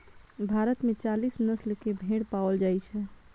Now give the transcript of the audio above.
भारत मे चालीस नस्ल के भेड़ पाओल जाइ छै